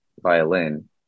violin